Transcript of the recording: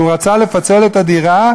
והוא רצה לפצל את הדירה,